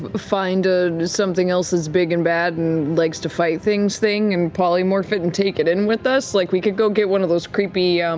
but find ah something else that's big and bad and likes to fight things thing and polymorph it and take it in with us. like, we could go get one of those creepy